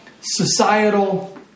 societal